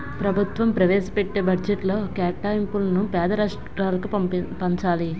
ప్రభుత్వం ప్రవేశపెట్టే బడ్జెట్లో కేటాయింపులను పేద రాష్ట్రాలకు పంచాలి